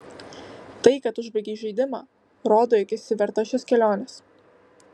tai kad užbaigei žaidimą rodo jog esi verta šios kelionės